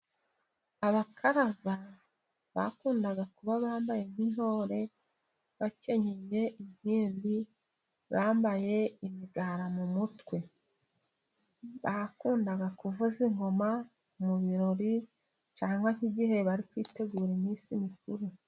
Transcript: Abakaraza bakundaga kuba bambaye nk'intore, bakenyeye inkindi, bambaye imigara mu mutwe. Bakundaga kuvuza ingoma mu birori, cyangwa nk'igihe bari kwitegura iminsi mikuru.